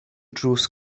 drws